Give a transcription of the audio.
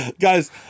Guys